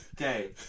Okay